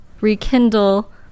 rekindle